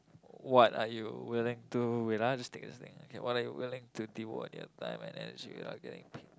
what are you willing to wait ah just take this thing okay what are you willing to devote your time and energy without getting paid